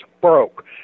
broke